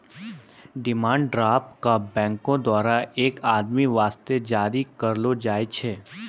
demand draft क बैंको द्वारा एक आदमी वास्ते जारी करलो जाय छै